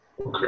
Okay